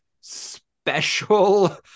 special